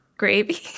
gravy